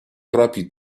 propri